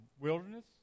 wilderness